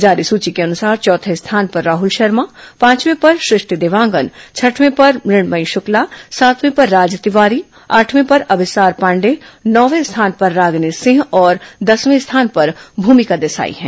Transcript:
जारी सूची के अनुसार चौथे स्थान पर राहुल शर्मा पांचवे पर सृष्टि देवांगन छठवें पर मृणमयी शुक्ला सातवें पर राज तिवारी आठवें पर अभिसार पांडेय नौवे स्थान पर रागिनी सिंह और दसवें स्थान पर भूमिका देसाई हैं